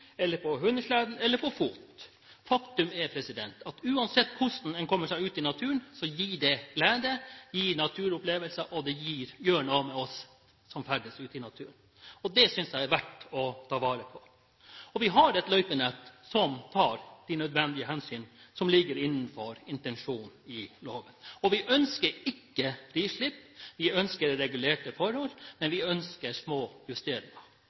eller til fots. Faktum er at uansett hvordan en kommer seg ut i naturen, gir det glede, det gir naturopplevelser og det gjør noe med oss som ferdes ute i naturen. Det synes jeg det er verdt å ta vare på. Vi har et løypenett som tar de nødvendige hensyn, og som ligger innenfor intensjonen i loven. Vi ønsker ikke frislipp. Vi ønsker regulerte forhold, men vi ønsker små justeringer.